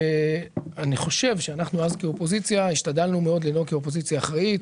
אני חושב שאנחנו אז כאופוזיציה השתדלנו מאוד לנהוג כאופוזיציה אחראית,